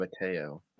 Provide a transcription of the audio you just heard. mateo